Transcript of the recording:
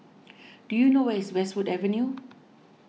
do you know where is Westwood Avenue